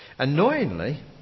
Annoyingly